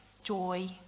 joy